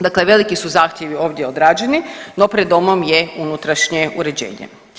Dakle, veliki su zahtjevi ovdje odrađeni, no pred domom je unutrašnje uređenje.